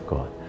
God